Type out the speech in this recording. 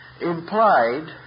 implied